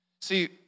See